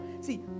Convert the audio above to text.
See